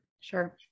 sure